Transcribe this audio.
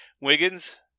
Wiggins